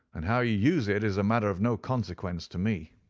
and how you use it is a matter of no consequence to me.